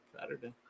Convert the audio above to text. Saturday